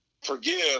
forgive